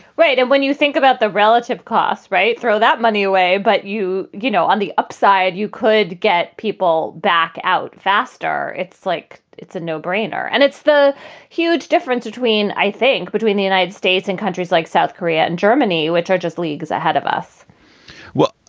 right and when you think about the relative costs, right. throw that money away. but you you know, on the upside, you could get people back out faster. it's like it's a no brainer. and it's the huge difference between, i think between the united states and. she's like south korea and germany, which are just leagues ahead of us well,